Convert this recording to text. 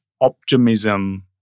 optimism